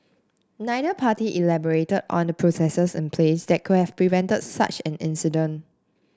neither party elaborated on the processes in place that could have prevented such an incident